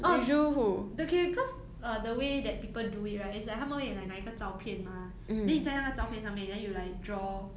orh okay cause uh the way that people do it right is like 他们会 like 拿一个照片 mah then 你在那个照片上面 then you like draw